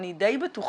אני דיי בטוחה,